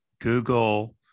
Google